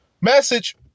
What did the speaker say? Message